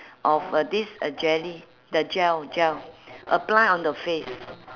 of uh this uh jelly the gel gel apply on the face